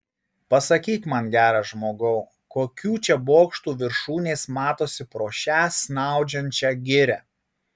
pasakyk man geras žmogau kokių čia bokštų viršūnės matosi pro šią snaudžiančią girią